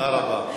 תודה רבה.